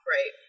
Right